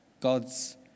God's